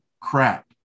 crap